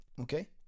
okay